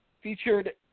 featured –